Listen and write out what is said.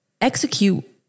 execute